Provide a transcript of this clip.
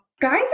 guys